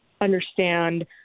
understand